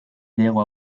diegu